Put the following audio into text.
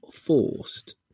forced